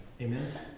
Amen